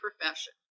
profession